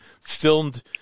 filmed